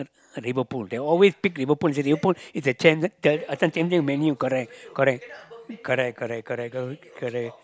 Liverpool they always pick Liverpool Liverpool if they change it tell you they can't change it many correct correct correct correct correct correct correct